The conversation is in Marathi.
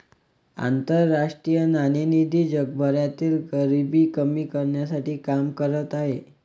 आंतरराष्ट्रीय नाणेनिधी जगभरातील गरिबी कमी करण्यासाठी काम करत आहे